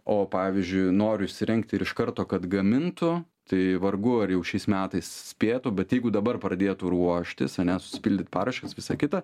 o pavyzdžiui noriu įsirengti ir iš karto kad gamintų tai vargu ar jau šiais metais spėtų bet jeigu dabar pradėtų ruoštis ane susipildyt paraiškas visa kita